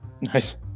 Nice